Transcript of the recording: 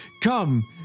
come